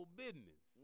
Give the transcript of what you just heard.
business